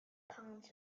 palms